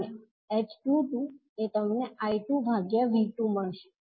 અને h 22 એ તમને I2 ભાગ્યા V2 મળશે